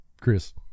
Chris